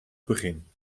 begin